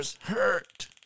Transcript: hurt